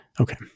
Okay